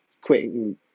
quitting